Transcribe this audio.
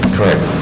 Correct